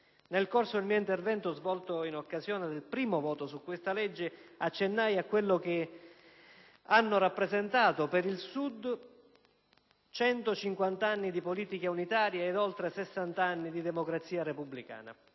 Nel corso del mio intervento, svolto in occasione del primo voto su questa legge, accennai a quello che hanno rappresentato per il Sud 150 anni di politiche unitarie ed oltre 60 anni di democrazia repubblicana.